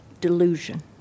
delusion